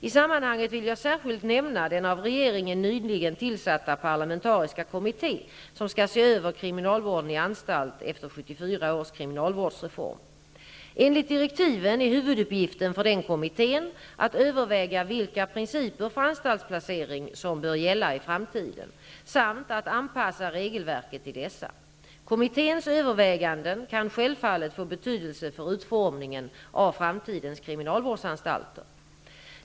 I sammanhanget vill jag särskilt nämna den av regeringen nyligen tillsatta parlamentariska kommitté som skall se över kriminalvården i anstalt efter 1974 års kriminalvårdsreform. Enligt direktiven är huvuduppgiften för den kommittén att överväga vilka principer för anstaltsplacering som bör gälla i framtiden samt att anpassa regelverket till dessa. Kommitténs överväganden kan självfallet få betydelse för utformningen av framtidens kriminalvårdsantalter.